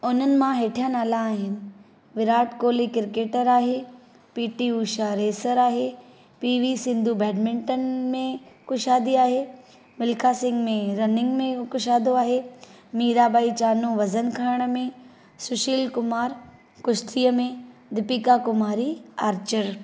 उन्हनि मां हेठियां नाला आहिनि विराट कोहली क्रिकेटर आहे पी टी उषा रेसर आहे पी वी सिंधु बेडमिंटन में कुशादी आहे मिल्खा सिंह में रनिंग में कुशादो आहे मीराबाई चानू वज़न खणण में सुशील कुमार कुश्तीअ में दीपिका कुमारी आर्चर